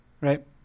right